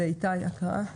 איתי, הקראה בבקשה.